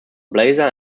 blazer